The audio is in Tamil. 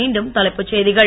மீண்டும் தலைப்புச் செய்திகள்